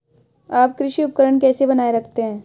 आप कृषि उपकरण कैसे बनाए रखते हैं?